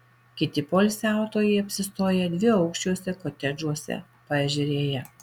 kiti poilsiautojai apsistoję dviaukščiuose kotedžuose paežerėje